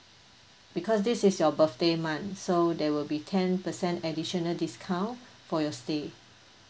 because this is your birthday month so there will be ten percent additional discount for your stay